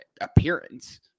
appearance